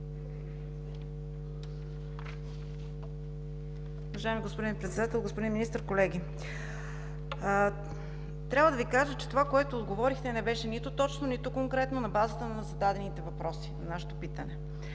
Уважаеми господин Председател, господин Министър, колеги! Трябва да Ви кажа, че това, което отговорихте, не беше нито точно, нито конкретно на базата на зададените въпроси в нашето питане.